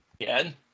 again